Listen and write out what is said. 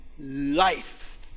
life